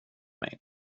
mig